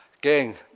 Gang